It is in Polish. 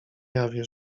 jawie